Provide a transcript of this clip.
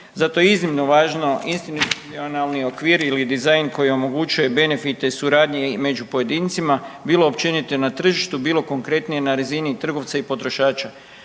Zato je iznimno važno institucionalni okvir ili dizajn koji omogućuje benefite, suradnje među pojedincima, bilo općenito na tržištu, bilo konkretnije na razini trgovca i potrošača.